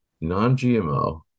non-GMO